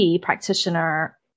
practitioner